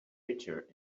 bitter